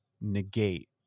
negate